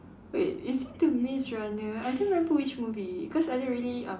wait is it the maze runner I can't remember which movie cause I don't really um